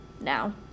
now